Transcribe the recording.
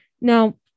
Now